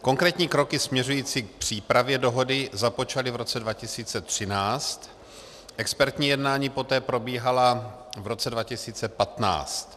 Konkrétní kroky směřující k přípravě dohody započaly v roce 2013, expertní jednání poté probíhala v roce 2015.